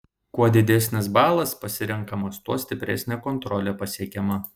kuo didesnis balas pasirenkamas tuo stipresnė kontrolė pasiekiama